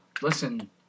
listen